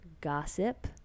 gossip